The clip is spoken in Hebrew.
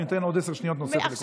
אני אתן עוד עשר שניות תוספת לכל אחד.